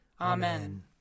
Amen